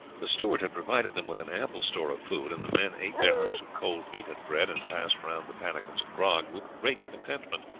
the steward had provided them with an ample store of food, and the men ate their hunks of cold meat and bread, and passed round the pannikins of grog, with great contentment,